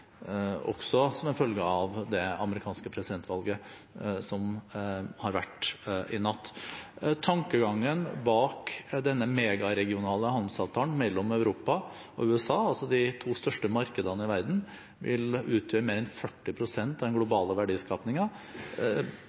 også som en følge av det amerikanske presidentvalget, som har vært i natt. Tankegangen er at denne megaregionale handelsavtalen mellom Europa og USA, altså de to største markedene i verden, vil utgjøre mer enn 40 pst. av den globale